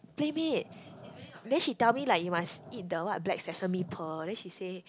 PlayMade then she tell me like you must eat the what black sesame pearl then she say